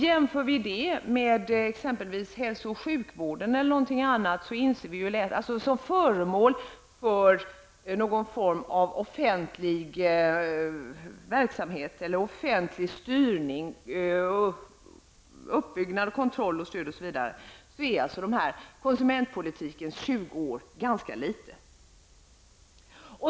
Jämför vi det med exempelvis hälso och sjukvården eller någonting annat som är föremål för offentlig styrning -- uppbyggnad, kontroll, stöd -- är konsumentpolitikens 20 år ganska litet.